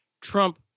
Trump